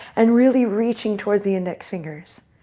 and really reaching towards the index fingers.